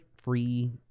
free